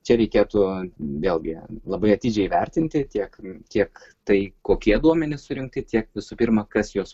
čia reikėtų vėlgi labai atidžiai vertinti tiek kiek tai kokie duomenys surinkti tiek visų pirma kas juos